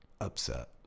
upset